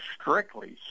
strictly